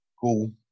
cool